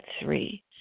three